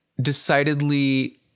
decidedly